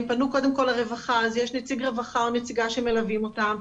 אם פנו קודם כל לרווחה אז יש נציג או נציגת רווחה שמלווים אותם,